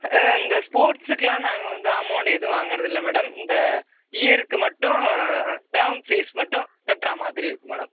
இந்த ஸ்போர்ட்ஸ்குலாம் நாங்கள் வந்து அமௌண்ட் எதுவும் வாங்கறதில்லை மேடம் இந்த இயருக்கு மட்டும் டேர்ம் ஃபீஸ் மட்டும் கட்றாமாதிரி இருக்கும் மேடம்